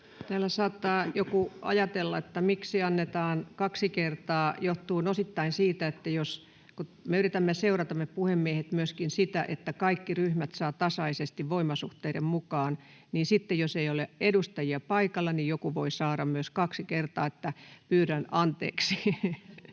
Täällä saattaa joku ajatella, miksi annetaan kaksi kertaa. Se johtuu osittain siitä, että me puhemiehet yritämme seurata myöskin sitä, että kaikki ryhmät saavat tasaisesti voimasuhteiden mukaan, eli sitten, jos ei ole edustajia paikalla, joku voi saada myös kaksi kertaa. Pyydän anteeksi.